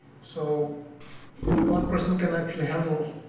so one person can actually handle